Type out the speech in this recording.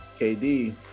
KD